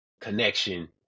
connection